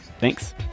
Thanks